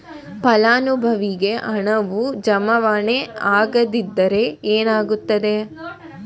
ಫಲಾನುಭವಿಗೆ ಹಣವು ಜಮಾವಣೆ ಆಗದಿದ್ದರೆ ಏನಾಗುತ್ತದೆ?